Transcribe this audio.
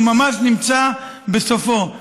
הוא ממש נמצא בסופו.